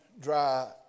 dry